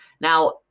Now